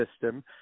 system